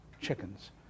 chickens